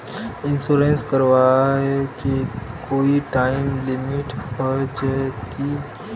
Insurance कराए के कोई टाइम लिमिट होय है की?